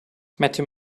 matthew